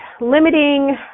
Limiting